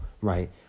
right